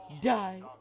die